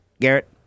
Garrett